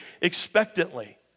expectantly